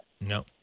No